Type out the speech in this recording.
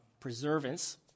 preservance